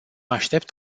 aștept